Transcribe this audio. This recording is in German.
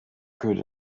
gehörte